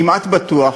כמעט בטוח,